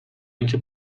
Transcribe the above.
اینکه